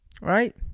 Right